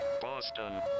Boston